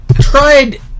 tried